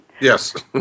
Yes